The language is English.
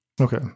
okay